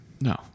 No